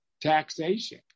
taxation